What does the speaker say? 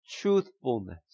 truthfulness